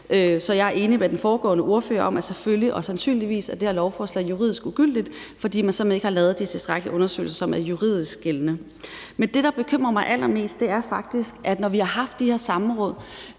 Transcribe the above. Så jeg er enig med den foregående ordfører i, at sandsynligvis er det her lovforslag juridisk ugyldigt, fordi man simpelt hen ikke har lavet de tilstrækkelige undersøgelser, som er juridisk gældende. Men det, der bekymrer mig allermest, er faktisk, at når vi har haft de her samråd,